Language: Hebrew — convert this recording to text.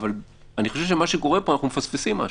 אבל אני חושב שמה שקורה פה, אנחנו מפספסים משהו.